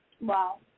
Wow